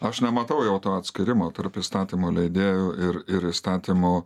aš nematau jau to atskyrimo tarp įstatymų leidėjų ir ir įstatymų